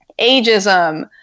ageism